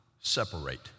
separate